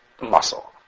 muscle